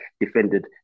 defended